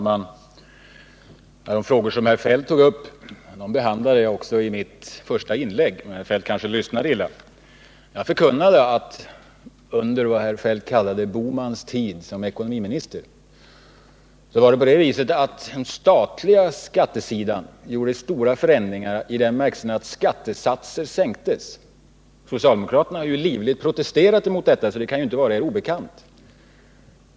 Herr talman! Den fråga som herr Feldt tog upp behandlade jag i mitt första inlägg, men herr Feldt kanske lyssnade illa. Jag förkunnade att under vad herr Feldt kallade ”herr Bohmans tid som ekonomiminister” gjordes på den statliga sidan stora förändringar i den bemärkelsen att skattesatser sänktes. Socialdemokraterna har ju livligt protesterat mot detta, så det kan inte vara er obekant.